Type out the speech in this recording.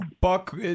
Buck